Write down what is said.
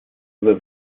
über